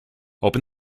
open